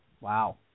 Wow